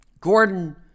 Gordon